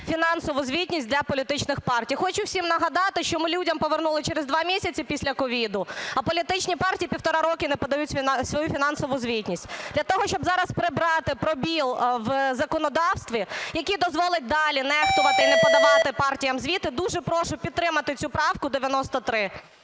фінансову звітність для політичних партій. Хочу всім нагадати, що ми людям повернули через два місяці після COVID, а політичні партії півтора року не подають свою фінансову звітність. Для того щоб зараз прибрати пробіл в законодавстві, який дозволить далі нехтувати і не подавати партіям звіти, дуже прошу підтримати цю правку, 93.